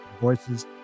voices